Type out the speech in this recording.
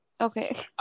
Okay